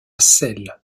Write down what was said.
celle